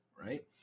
right